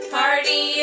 party